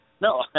No